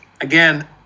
again